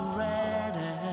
ready